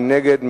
מי נגד,